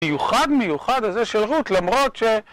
מיוחד מיוחד הזה של רות למרות ש...